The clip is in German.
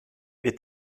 wir